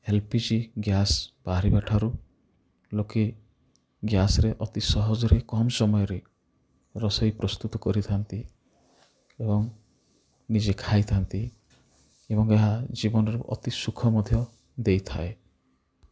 L P G gas ବାହାରିବା ଠାରୁ ଲୋକେ ଗ୍ୟାସ୍ରେ ଅତି ସହଜରେ କମ୍ ସମୟରେ ରୋଷେଇ ପ୍ରସ୍ତୁତ କରିଥାନ୍ତି ଏବଂ ନିଜେ ଖାଇଥାନ୍ତି ଏବଂ ଏହା ଜୀବନରେ ଅତି ସୁଖ ମଧ୍ୟ ଦେଇଥାଏ